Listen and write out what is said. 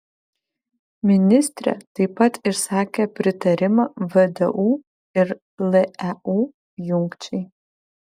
ministrė taip pat išsakė pritarimą vdu ir leu jungčiai